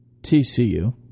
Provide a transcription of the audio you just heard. TCU